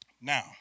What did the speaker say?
Now